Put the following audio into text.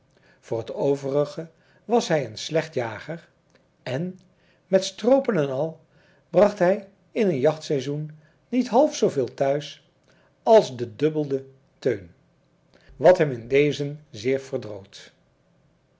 voor het overige was hij een slecht jager en met stroopen en al bracht hij in een jachtseizoen niet half zooveel thuis als de dubbelde teun wat hem in dezen zeer verdroot